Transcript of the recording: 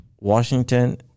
Washington